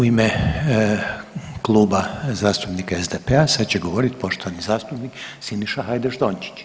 U ime Kluba zastupnika SDP-a sad će govorit poštovani zastupnik Siniša Hajdaš Dončić.